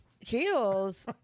Heels